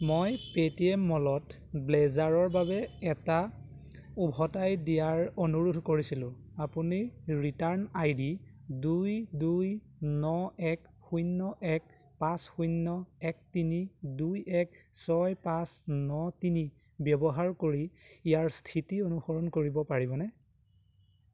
মই পেটিএম মলত ব্লেজাৰৰ বাবে এটা উভতাই দিয়াৰ অনুৰোধ কৰিছিলোঁ আপুনি ৰিটাৰ্ণ আই ডি দুই দুই ন এক শূন্য এক পাঁচ শূন্য এক তিনি দুই এক ছয় পাঁচ ন তিনি ব্যৱহাৰ কৰি ইয়াৰ স্থিতি অনুসৰণ কৰিব পাৰিবনে